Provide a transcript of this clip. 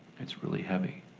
it's really heavy.